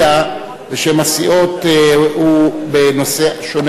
הוא אמר: